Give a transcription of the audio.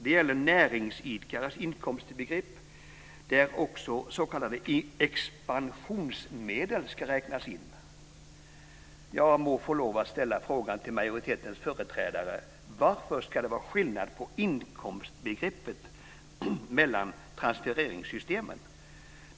Det gäller näringsidkares inkomstbegrepp där också s.k. expansionsmedel ska räknas in. Jag må få lov att ställa frågan till majoritetens företrädare: Varför ska det vara skillnad på inkomstbegreppet mellan transfereringssystemen?